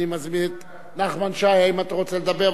אני מזמין את נחמן שי, האם אתה רוצה לדבר?